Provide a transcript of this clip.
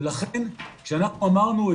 ולכן רצינו למקד את